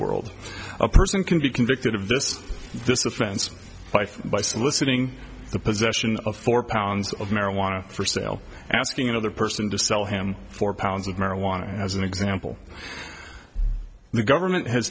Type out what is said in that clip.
world a person can be convicted of this this offense by by soliciting the possession of four pounds of marijuana for sale asking another person to sell him four pounds of marijuana as an example the government has